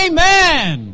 Amen